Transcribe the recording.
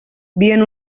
bien